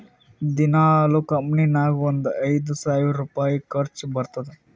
ದಿನಾಲೂ ಕಂಪನಿ ನಾಗ್ ಒಂದ್ ಐಯ್ದ ಸಾವಿರ್ ರುಪಾಯಿ ಖರ್ಚಾ ಬರ್ತುದ್